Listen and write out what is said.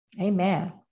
Amen